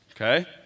okay